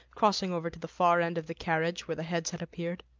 crossing over to the far end of the carriage, where the heads had appeared.